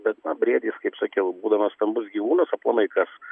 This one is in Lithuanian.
bet na briedis kaip sakiau būdamas stambus gyvūnas aplamai kas